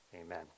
Amen